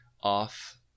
off